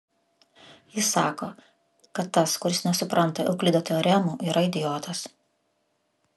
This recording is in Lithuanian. jis sako kad tas kuris nesupranta euklido teoremų yra idiotas